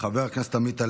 חבר הכנסת אחמד טיבי,